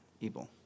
evil